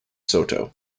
soto